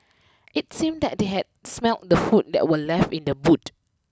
it seemed that they had smelt the food that were left in the boot